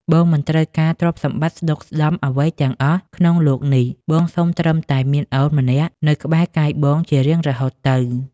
បងមិនត្រូវការទ្រព្យសម្បត្តិស្តុកស្តម្ភអ្វីទាំងអស់ក្នុងលោកនេះ បងសុំត្រឹមតែមានអូនម្នាក់នៅក្បែរកាយបងជារៀងរហូតទៅ។